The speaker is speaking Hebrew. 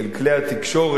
אצל כלי התקשורת,